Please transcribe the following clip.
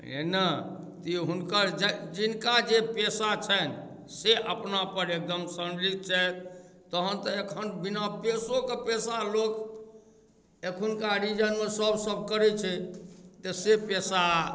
एना तऽ ई हुनकर जै जिनका जे पेशा छनि से अपना पर एकदम सम्मिलित छथि तहन तऽ एखनि बिना पेशोके पेशा लोक एखुनका रीजनमे सब सब करैत छै तऽ से पेशा